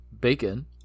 Bacon